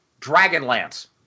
Dragonlance